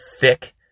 thick